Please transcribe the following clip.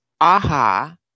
aha